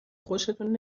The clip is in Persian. خوشتون